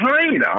China